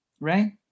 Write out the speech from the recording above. right